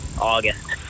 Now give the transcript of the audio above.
August